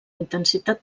intensitat